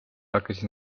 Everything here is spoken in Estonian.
hakkasid